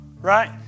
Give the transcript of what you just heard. right